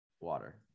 water